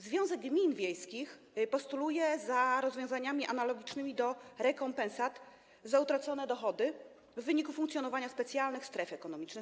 Związek gmin wiejskich postuluje rozwiązania analogiczne do rekompensat za utracone dochody w wyniku funkcjonowania specjalnych stref ekonomicznych.